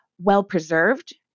well-preserved